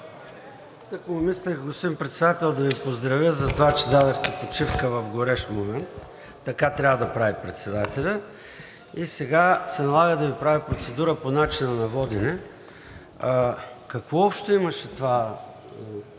Така трябва да прави председателят. И сега се налага да Ви правя процедура по начина на водене. Какво общо имаше това с дебата,